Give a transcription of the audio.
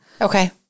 Okay